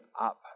up